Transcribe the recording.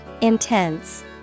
Intense